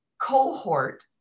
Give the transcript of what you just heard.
cohort